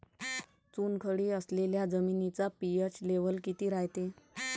चुनखडी असलेल्या जमिनीचा पी.एच लेव्हल किती रायते?